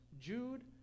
Jude